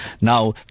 now